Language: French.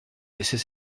baisser